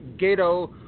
Gato